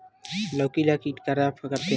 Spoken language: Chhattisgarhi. लौकी ला कीट मन कइसे खराब करथे?